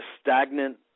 stagnant